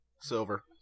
Silver